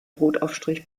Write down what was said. brotaufstrich